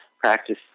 practice